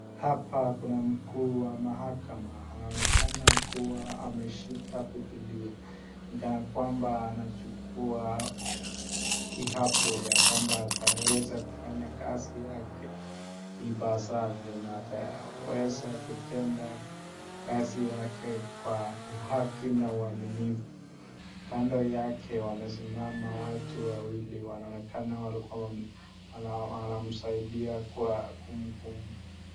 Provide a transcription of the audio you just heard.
Hapa kuna mkuu wa mahakama anaonekana kuwa ameshika bibilia ni kana kwamba anachukuwa kiapo yakwamba ataweza kufanya kazi yake ipasavyo na ataweza kutenda kazi yake kwa uhaki na uaminifu. Kando yake wamesimama watu wawili wanaonekana walikuwa wanamsaidiya kwa.